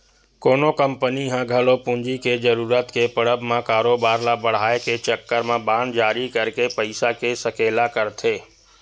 कोनो कंपनी ह घलो पूंजी के जरुरत के पड़त म कारोबार ल बड़हाय के चक्कर म बांड जारी करके पइसा के सकेला करथे